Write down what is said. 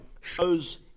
shows